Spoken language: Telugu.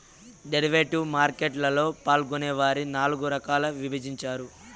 డెరివేటివ్ మార్కెట్ లలో పాల్గొనే వారిని నాల్గు రకాలుగా విభజించారు